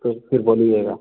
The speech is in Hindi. तो फिर बोलिएगा